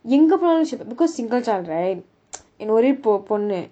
எங்கே போனாலும்:enga ponaalum because single child right and ஒரே பொண்ணு:orae ponnu